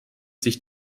sich